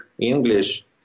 English